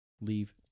Leave